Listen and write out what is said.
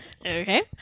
Okay